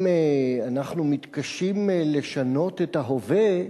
אם אנחנו מתקשים לשנות את ההווה,